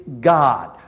God